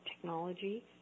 technology